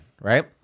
right